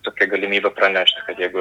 tokia galimybė pranešti kad jeigu